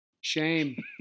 shame